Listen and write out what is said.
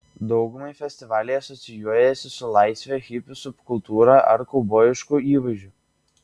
daugumai festivaliai asocijuojasi su laisve hipių subkultūra ar kaubojišku įvaizdžiu